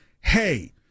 hey